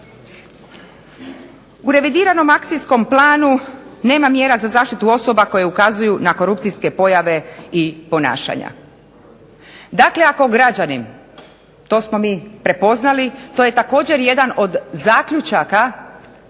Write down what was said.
U revidiranom akcijskom planu nema mjera za zaštitu osoba koje ukazuju na korupcijske pojave i ponašanja. Dakle ako građanin, to smo mi prepoznali, to je također jedan od zaključaka